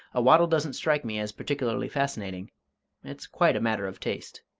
a waddle doesn't strike me as particularly fascinating it's quite a matter of taste.